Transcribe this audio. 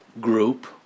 group